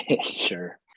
Sure